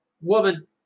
Woman